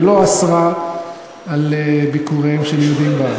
ולא אסרה את ביקוריהם של יהודים בהר.